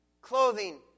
clothing